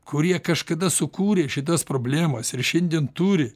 kurie kažkada sukūrė šitas problemas ir šiandien turi